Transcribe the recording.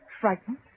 Frightened